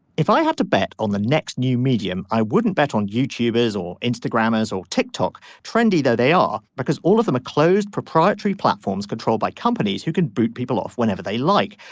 if i have to bet on the next new medium i wouldn't bet on youtube is or instagram's or ticktock trendy though they are because all of them are closed proprietary platforms controlled by companies who can boot people off whenever they like.